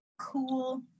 cool